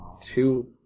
Two